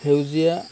সেউজীয়া